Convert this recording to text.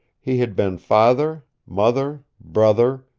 he had been father, mother, brother,